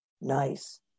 Nice